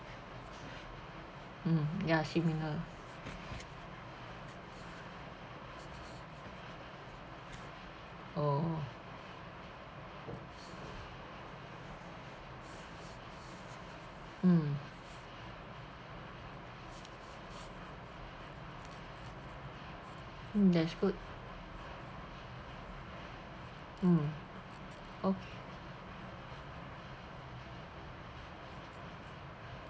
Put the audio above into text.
mm ya similar oh mm mm that's good mm okay